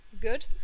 good